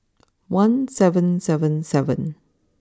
one seven seven seven